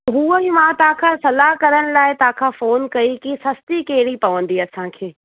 हूअं ई मां तव्हां खां सलाह करण लाइ तव्हां खां फ़ोन कई की सस्ती कहिड़ी पवंदी असांखे